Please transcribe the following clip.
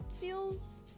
feels-